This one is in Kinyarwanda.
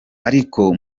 ariko